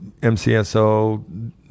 MCSO